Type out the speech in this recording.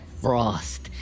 Frost